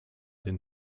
den